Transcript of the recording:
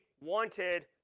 wanted